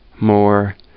more